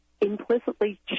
implicitly